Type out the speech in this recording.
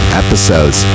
episodes